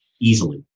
easily